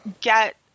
get